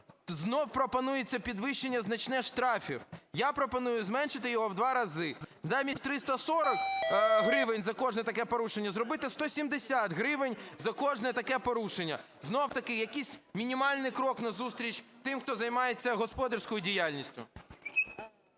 Знову пропонується підвищення значне штрафів. Я пропоную зменшити його в 2 рази: замість 340 гривень за кожне таке порушення зробити 170 гривень за кожне таке порушення. Знов-таки якийсь мінімальний крок назустріч тим, хто займається господарською діяльністю.